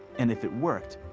and if it worked,